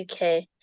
UK